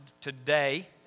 today